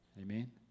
Amen